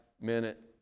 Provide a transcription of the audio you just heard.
minute